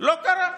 לא קרה,